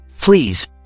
please